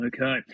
okay